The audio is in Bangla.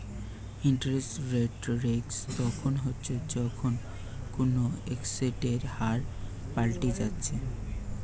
ইন্টারেস্ট রেট রিস্ক তখন হচ্ছে যখন কুনো এসেটের হার পাল্টি যাচ্ছে